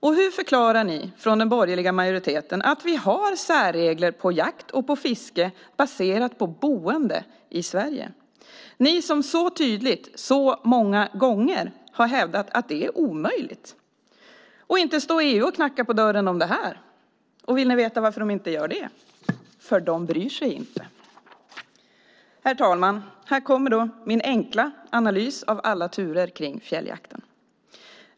Och hur förklarar ni från den borgerliga majoriteten att vi har särregler på jakt och fiske baserade på boende i Sverige, ni som så tydligt så många gånger har hävdat att det är omöjligt? Och inte står EU och knackar på dörren på grund av det här. Vill ni veta varför de inte gör det? De bryr sig inte! Herr talman! Här kommer min enkla analys av alla turer kring fjälljakten.